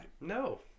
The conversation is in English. No